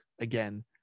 again